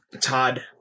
Todd